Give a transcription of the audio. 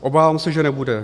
Obávám se, že nebude.